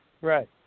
Right